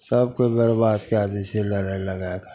सभकेँ बेरबाद कै दै छै लड़ाइ लगैके